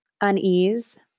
unease